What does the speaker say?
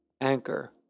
Anchor